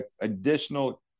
additional